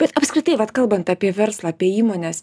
bet apskritai vat kalbant apie verslą apie įmones